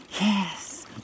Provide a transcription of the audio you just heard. Yes